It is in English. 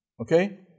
Okay